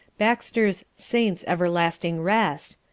baxter's saints everlasting rest,